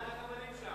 מי זרק אבנים שם?